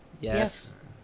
Yes